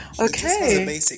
Okay